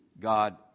God